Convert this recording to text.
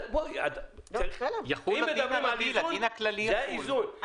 אם מדברים על איזון, זה האיזון.